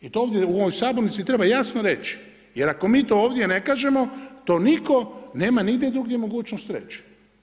I to ovdje u ovoj sabornici treba jasno reći jer ako mi to ovdje ne kažemo to nitko nema nigdje drugdje mogućnost reći.